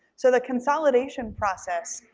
so the consolidation process,